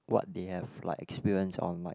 what they have like experienced on like